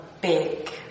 big